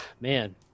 man